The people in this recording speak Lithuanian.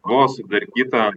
buvo sudarkyta